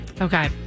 Okay